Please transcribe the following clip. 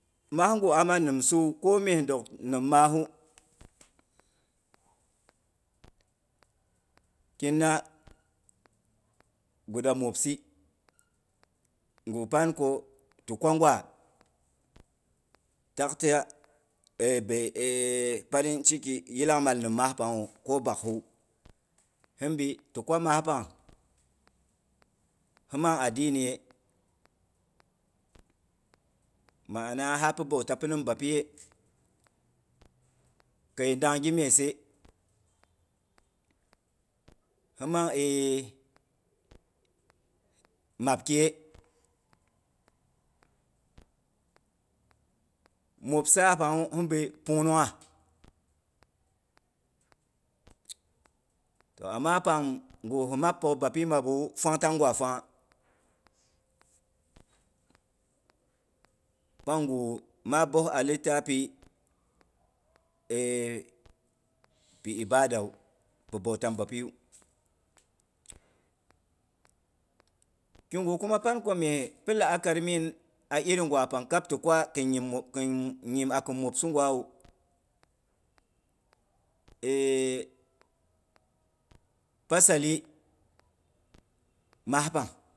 Maa ngwu amma nimsawu, ko mye ndok nim maa hui kina guda mwopsi ngwu pan ko ti kwa ngwa tak ta e- be- e parin ciki yilangmal nim maa panghawu ko bak hawu. Hinbi ti kwa maa pang, hin mang adini ye, ma'ana hapi bauta pina bapiye, kei dang gimyese, hi mang map ki ye, mwopsi ga pangwu hinbi pungnhngha. To am pangu hi map pyok bap mapba wu, fwang tangwa fwangha pangu maa boh a littapi e pi- ibadawu. Bapi bautan bapiyu. Kigu kuma pan ko mye pi la'akari min a iri gwa pang kab ti kwa khin nyimgwa kin mwopsi gwawu eh pasali maas pang